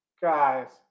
Guys